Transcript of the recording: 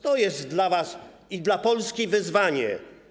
To jest dla was i dla Polski wyzwanie.